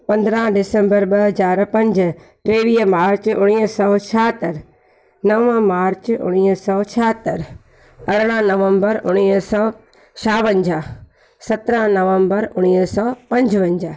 पंद्रहं डिसंबर ॿ हज़ार पंज टेवीह मार्च उणवीह सौ छाहतरि नवं मार्च उणवीह सौ छाहतरि अरड़ाहं नवम्बर उणवीह सौ छावंजा्हु सतरहां नवम्बर उणवीह सौ पंजिवंजा्हु